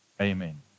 Amen